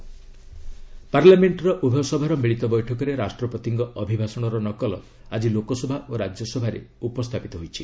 parliament ଆଡ୍ଜଣ୍ଣ ପାର୍ଲାମେଣ୍ଟ୍ର ଉଭୟ ସଭାର ମିଳିତ ବୈଠକରେ ରାଷ୍ଟ୍ରପତିଙ୍କ ଅଭିଭାଷଣର ନକଲ ଆଜି ଲୋକସଭା ଓ ରାଜ୍ୟସଭାରେ ଉପସ୍ଥାପିତ ହୋଇଛି